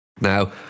Now